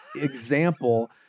example